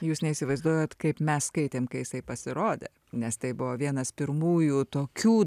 jūs neįsivaizduojat kaip mes skaitėme kai jisai pasirodė nes tai buvo vienas pirmųjų tokių